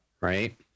right